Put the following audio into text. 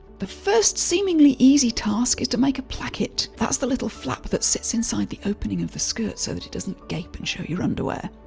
the first seemingly easy task is to make a placket. that's the little flap that sits inside the opening of the skirt so that it doesn't gape and show your underwear.